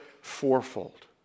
fourfold